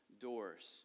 doors